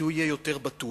כי הוא יהיה יותר בטוח.